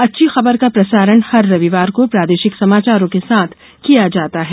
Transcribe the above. अच्छी खबर का प्रसारण हर रविवार को प्रादेशिक समाचारों के साथ किया जाता है